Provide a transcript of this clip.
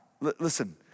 Listen